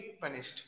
punished